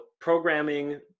programming